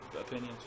opinions